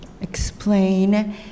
explain